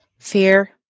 Fear